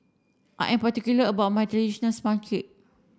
I am particular about my traditional sponge